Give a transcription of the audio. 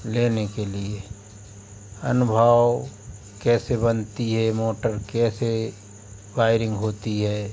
लेने के लिए अनुभाव कैसे बनता है मोटर कैसे वायरिंग होती है